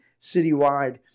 citywide